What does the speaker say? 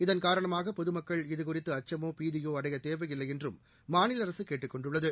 இதன் காரணமாக பொதுமக்கள் இது குறித்து அச்சமோ பீதியோ அடைய தேவையில்லை என்றும் மாநில அரசு கேட்டுக் கொண்டுள்ளது